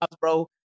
bro